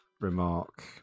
remark